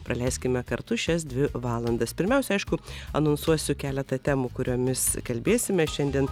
praleiskime kartu šias dvi valandas pirmiausia aišku anonsuosiu keletą temų kuriomis kalbėsime šiandien